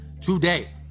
today